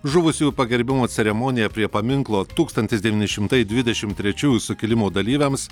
žuvusiųjų pagerbimo ceremonija prie paminklo tūkstantis devyni šimtai dvidešim trečiųjų sukilimo dalyviams